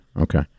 Okay